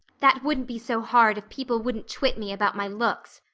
that wouldn't be so hard if people wouldn't twit me about my looks,